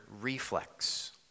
reflex